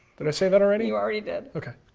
did i say that already? you already did. okay.